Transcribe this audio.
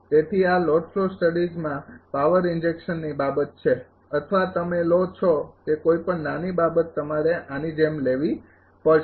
તેથી આ load flow સ્ટડીઝમાં પાવર ઇન્જેક્શનની બાબત છે અથવા તમે લો છો તે કોઈપણ નાની બાબત તમારે આની જેમ લેવી પડશે